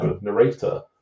narrator